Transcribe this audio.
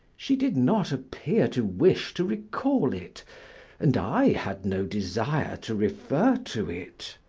she did not appear to wish to recall it and i had no desire to refer to it.